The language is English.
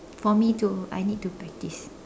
for me too I need to practice